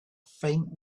faint